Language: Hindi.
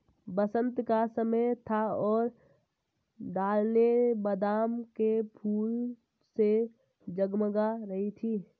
बसंत का समय था और ढलानें बादाम के फूलों से जगमगा रही थीं